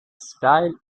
style